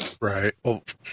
Right